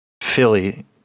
Philly